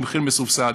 במחיר מסובסד.